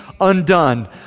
undone